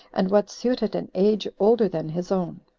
and what suited an age older than his own